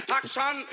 action